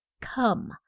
come